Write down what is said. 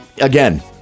again